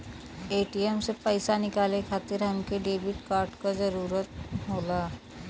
ATM से पइसा निकाले खातिर हमके डेबिट कार्ड क जरूरत होला